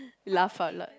laugh out loud